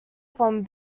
from